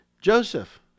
Joseph